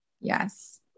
Yes